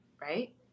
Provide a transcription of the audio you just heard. right